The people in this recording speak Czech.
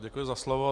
Děkuji za slovo.